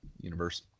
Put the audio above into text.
universe